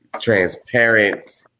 transparent